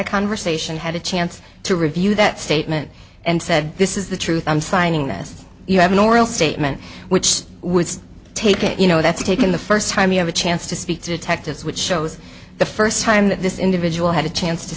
a conversation had a chance to review that statement and said this is the truth i'm signing this you have an oral statement which would take it you know that's taken the first time you have a chance to speak detectives which shows the first time that this individual had a chance to